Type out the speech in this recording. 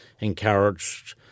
encouraged